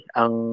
ang